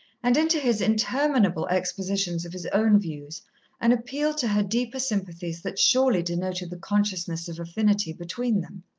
and into his interminable expositions of his own views an appeal to her deeper sympathies that surely denoted the consciousness of affinity between them.